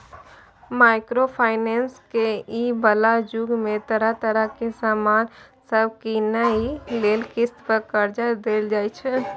micro finance के इ बला जुग में तरह तरह के सामान सब कीनइ लेल किस्त पर कर्जा देल जाइ छै